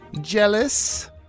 Jealous